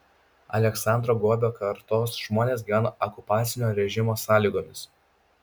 aleksandro guobio kartos žmonės gyveno okupacinio režimo sąlygomis